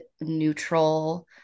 neutral